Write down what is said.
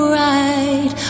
right